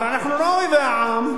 הרי אנחנו לא אויבי העם.